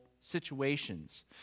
situations